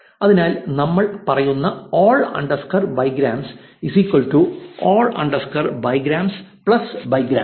അതിനാൽ നമ്മൾ പറയുന്നു 'all underscore bigrams all underscore bigrams plus bigrams